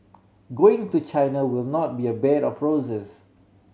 going to China will not be a bed of roses